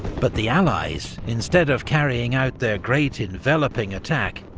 but the allies, instead of carrying out their great, enveloping attack,